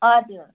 हजुर